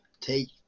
take